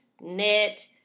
knit